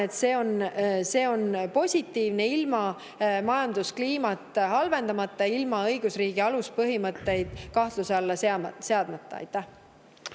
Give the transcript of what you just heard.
seda tehakse] ilma majanduskliimat halvendamata ja ilma õigusriigi aluspõhimõtteid kahtluse alla seadmata. Aitäh!